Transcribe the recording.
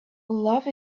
love